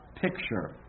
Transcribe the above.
picture